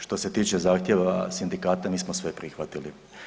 Što se tiče zahtjeva sindikata, mi smo sve prihvatili.